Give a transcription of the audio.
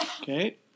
okay